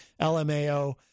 LMAO